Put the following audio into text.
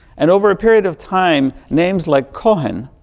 and over a period of time, names like cohen,